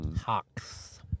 Hawks